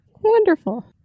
Wonderful